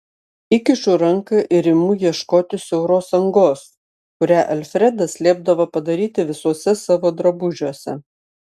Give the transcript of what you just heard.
įkišu ranką ir imu ieškoti siauros angos kurią alfredas liepdavo padaryti visuose savo drabužiuose